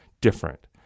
different